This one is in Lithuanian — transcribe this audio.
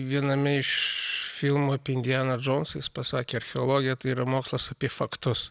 viename iš filmų apie indianą džonsą jis pasakė archeologija tai yra mokslas apie faktus